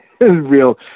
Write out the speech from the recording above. real